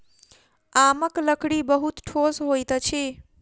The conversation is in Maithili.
आमक लकड़ी बहुत ठोस होइत अछि